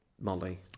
Molly